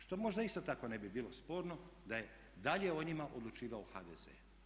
Što možda isto tako ne bi bilo sporno da je dalje o njima odlučivao HDZ.